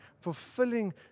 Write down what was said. fulfilling